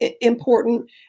important